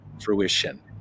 fruition